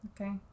Okay